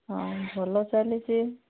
ହଁ ଭଲ ଚାଲିଛି